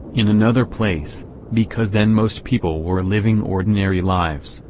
in another place because then most people were living ordinary lives,